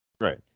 Right